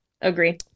Agree